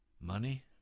money